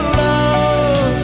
love